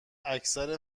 اکثر